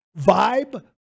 vibe